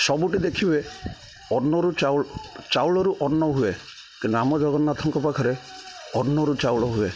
ସବୁଠି ଦେଖିବେ ଅନ୍ନରୁ ଚାଉଳ ଚାଉଳରୁ ଅନ୍ନ ହୁଏ କିନ୍ତୁ ଆମ ଜଗନ୍ନାଥଙ୍କ ପାଖରେ ଅନ୍ନରୁ ଚାଉଳ ହୁଏ